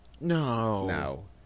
No